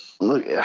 Look